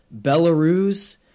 belarus